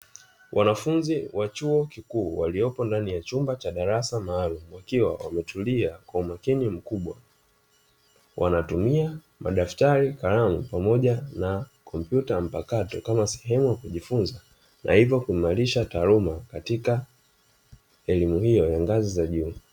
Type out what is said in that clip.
Wa chuo kikuu walioko ndani ya chumba cha darasa maalum kukiwa kumetuliwa kwa makini wanatumia madaftari, kalamu pamoja na kompyuta mpakato kama sehemu ya kujifunza na hivyo kuimarisha taaluma katika elimu hiyo za ngazi ya juu.